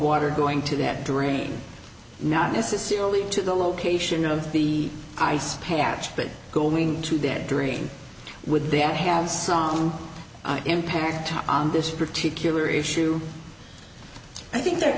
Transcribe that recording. water going to that drain not necessarily to the location of the ice patch but going to that dream would then have song impact on this particular issue i think th